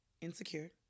insecure